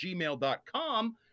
gmail.com